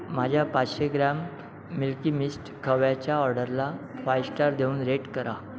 माझ्या पाचशे gram Milky Mist खव्याच्या ऑर्डरला फाय स्टार देऊन रेट करा